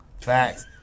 Facts